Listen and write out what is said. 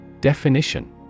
Definition